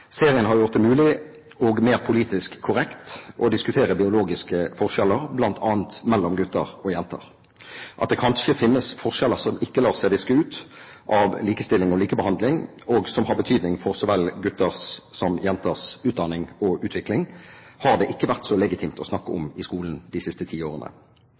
Serien har gjort det mulig og mer politisk korrekt å diskutere biologiske forskjeller, bl.a. mellom gutter og jenter. At det kanskje finnes forskjeller som ikke lar seg viske ut av likestilling og likebehandling, og som har betydning for så vel gutters som jenters utdanning og utvikling, har det ikke vært så legitimt å snakke om i skolen de siste ti årene.